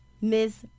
Ms